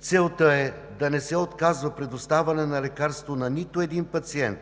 Целта е да не се отказва предоставяне на лекарства на нито един пациент